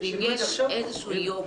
אם יש איזשהו יום